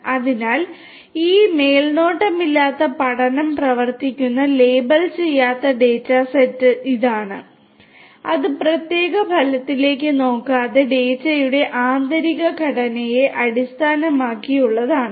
അതിനാൽ ഈ മേൽനോട്ടമില്ലാത്ത പഠനം പ്രവർത്തിക്കുന്ന ലേബൽ ചെയ്യാത്ത ഡാറ്റ സെറ്റാണ് ഇത് അത് പ്രത്യേക ഫലത്തിലേക്ക് നോക്കാതെ ഡാറ്റയുടെ ആന്തരിക ഘടനയെ അടിസ്ഥാനമാക്കിയുള്ളതാണ്